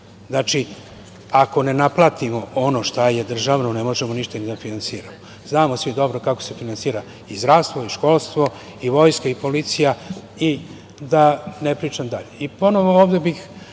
Znači, ako ne naplatimo ono šta je državno ne možemo ništa ni da finansiramo. Znamo svi dobro kako se finansira i zdravstvo, školstvo, vojska i policija i da ne pričam